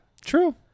True